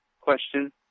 question